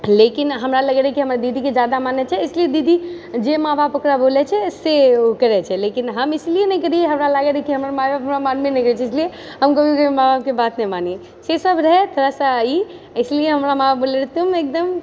लेकिन हमरा लगै रहै कि हमर दीदीके जादा मानै छै इसलिए दीदी जे माँ बाप ओकरा बोलै छै से ओ करै छै लेकिन हम इसलिए नहि करियै हमरा लागै रहै कि हमर माए बाप हमरा मानबे नहि करै छै इसलिए हम कभी कभी माँ बापके बात नहि मानियै से सब रहै थोड़ा सा ई इसलिए हमरा माँ बाप बोलै रहै तुम एकदम